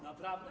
Naprawdę?